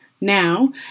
now